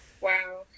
Wow